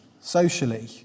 socially